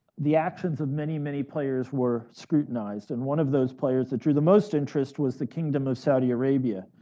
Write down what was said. the actions of many, many players were scrutinized. and one of those players that drew the most interest was the kingdom of saudi arabia,